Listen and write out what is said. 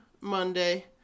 Monday